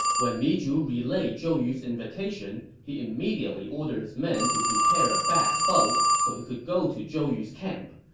when mi zhu relayed zhou yu's invitation, he immediately ordered his men to prepare a fast boat so he could go to zhou yu's camp.